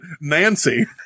Nancy